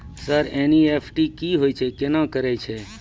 Sir NEFT की होय छै, केना करे छै?